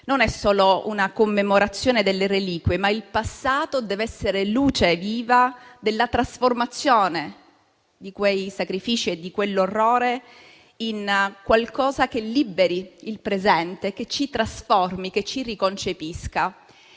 Non è solo una commemorazione delle reliquie, ma il passato deve essere luce viva della trasformazione di quei sacrifici e di quell'orrore in qualcosa che liberi il presente, che ci trasformi, che ci riconcepisca.